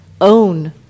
own